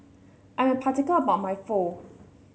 I'm particular about my Pho